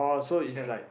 ya